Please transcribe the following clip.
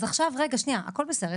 אז עכשיו רגע, שנייה, הכל בסדר.